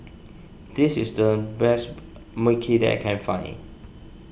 this is the best Mui Kee that I can find